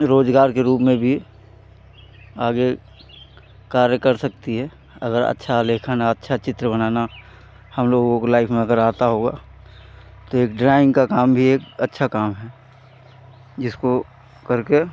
रोज़गार के रूप में भी आगे कार्य कर सकती है अगर अच्छा आलेखन अच्छा चित्र बनाना हमलोगों की लाइफ़ में अगर आता हुआ तो एक ड्रॉइन्ग का काम भी अच्छा काम है जिसको करके